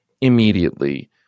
immediately